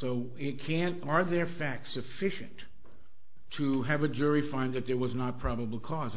so it can't are there facts efficient to have a jury find that there was not probable cause